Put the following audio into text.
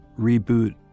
reboot